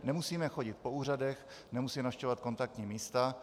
Nemusíme chodit po úřadech, nemusíme navštěvovat kontaktní místa.